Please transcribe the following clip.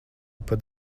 pat